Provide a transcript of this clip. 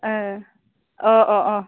अ अ अ